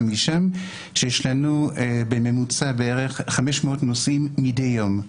משם שיש לנו בממוצע 500 נוסעים מדי יום.